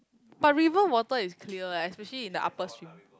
but river water is clear leh especially in the upper stream